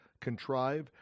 contrive